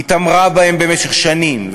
התעמרה בהם במשך שנים.